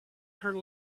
her